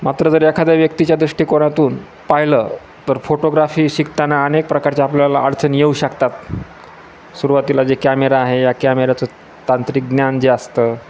मात्र जर एखाद्या व्यक्तीच्या दृष्टीकोनातून पाहिलं तर फोटोग्राफी शिकताना अनेक प्रकारचे आपल्याला अडचण येऊ शकतात सुरुवातीला जे कॅमेरा आहे या कॅमेराचं तांत्रिक ज्ञान जे असतं